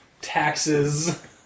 taxes